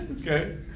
Okay